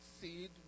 seed